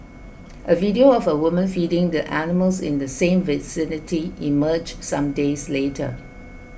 a video of a woman feeding the animals in the same vicinity emerged some days later